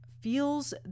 feels